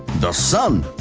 the sun,